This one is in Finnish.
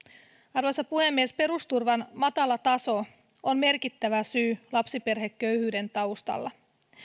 arvoisa puhemies perusturvan matala taso on merkittävä syy lapsiperheköyhyyden taustalla